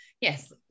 Yes